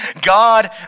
God